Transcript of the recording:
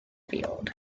field